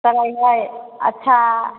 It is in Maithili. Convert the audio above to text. करै हय अच्छा